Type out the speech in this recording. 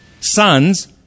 sons